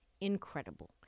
incredible